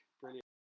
Brilliant